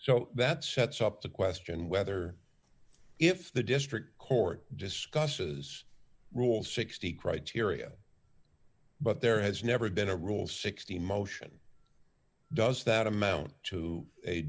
so that sets up the question whether if the district court discusses rule sixty criteria but there has never been a rule sixty motion does that amount to a